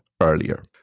earlier